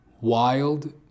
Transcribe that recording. Wild